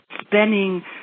spending